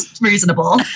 reasonable